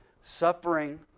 suffering